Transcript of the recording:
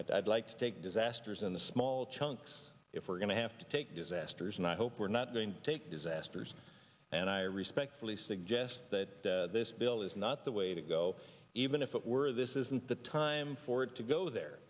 go i'd like to take disasters in the small chunks if we're going to have to take disasters and i hope we're not going to take disasters and i respectfully suggest that this bill is not the way to go even if it were this isn't the time for it to go there